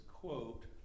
quote